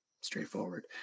straightforward